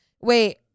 Wait